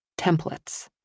templates